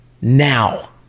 now